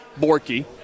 Borky